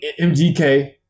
MGK